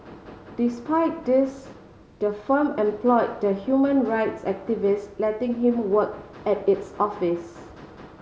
despite this the firm employed the human rights activist letting him work at its office